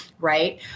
right